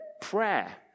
prayer